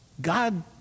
God